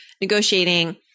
negotiating